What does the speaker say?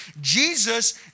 Jesus